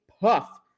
puff